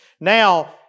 Now